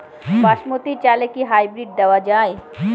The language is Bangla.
বাসমতী চালে কি হাইব্রিড দেওয়া য়ায়?